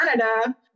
Canada